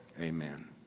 Amen